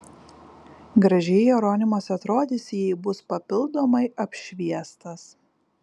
gražiai jeronimas atrodys jei bus papildomai apšviestas